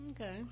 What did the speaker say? okay